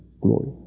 glory